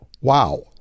wow